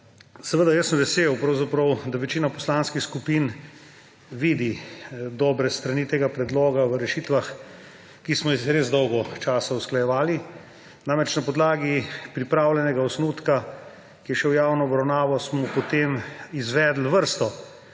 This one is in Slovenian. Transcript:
Seveda sem vesel, da večina poslanskih skupin vidi dobre strani tega predloga v rešitvah, ki smo jih res dolgo časa usklajevali. Namreč, na podlagi pripravljenega osnutka, ki je šel v javno obravnavo, smo potem izvedli vrsto